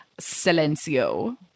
silencio